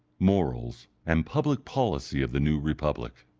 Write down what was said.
morals, and public policy of the new republic